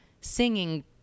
singing